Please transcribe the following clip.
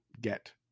get